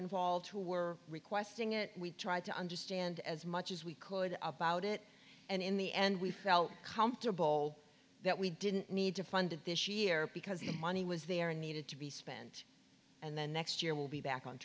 involved who were requesting it we tried to understand as much as we could about it and in the end we felt comfortable that we didn't need to fund it this year because the money was there and needed to be spent and then next year we'll be back on